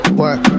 work